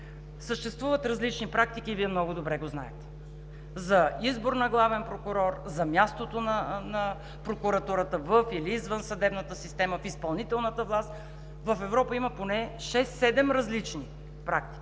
съществуват различни практики и Вие много добре го знаете – за избор на Главен прокурор, за място на Прокуратурата или извън съдебната система, в изпълнителната власт. В Европа има поне 6 – 7 различни практики